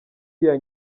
iyo